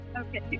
Okay